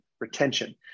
retention